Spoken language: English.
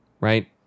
right